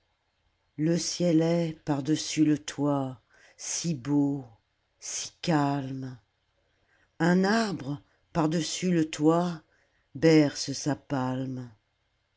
le ciel est par-dessus le toit si bleu si calme un arbre par-dessus le toit berce sa palme